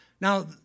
Now